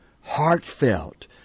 heartfelt